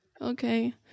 Okay